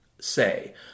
say